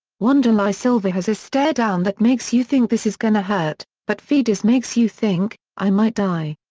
wanderlei silva has a stare-down that makes you think this is gonna hurt, but fedor's makes you think, i might die'.